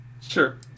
Sure